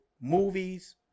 movies